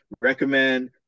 recommend